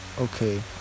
okay